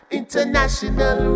international